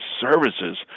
services